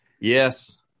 Yes